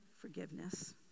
forgiveness